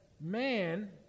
man